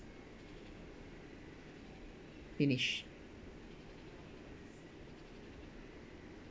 finish